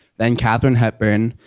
then katharine hepburn,